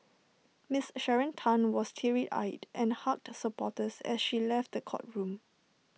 miss Sharon Tan was teary eyed and hugged supporters as she left the courtroom